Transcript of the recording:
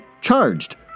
charged